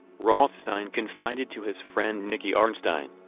rothstein confided to his friend nicky arnstein,